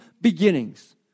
beginnings